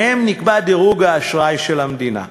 שבהן נקבע דירוג האשראי של המדינה.